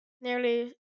nearly